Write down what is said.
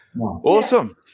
Awesome